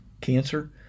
cancer